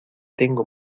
tengo